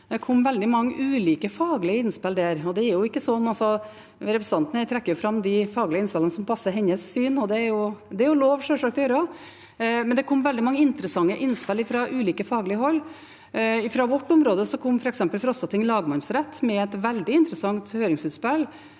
Det kom veldig mange ulike faglige innspill der. Representanten trekker her fram de faglige innspillene som passer hennes syn, og det er det sjølsagt lov å gjøre, men det kom veldig mange interessante innspill fra ulike faglige hold. Fra vårt område kom f.eks. Frostating lagmannsrett med et veldig interessant høringsinnspill.